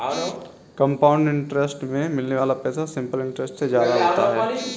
compound interest में मिलने वाला पैसा सिंपल इंटरेस्ट से ज्यादा होता है